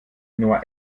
nur